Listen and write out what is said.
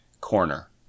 corner